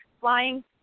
flying